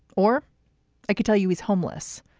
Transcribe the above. or i could tell you was homeless,